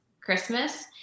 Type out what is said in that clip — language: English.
Christmas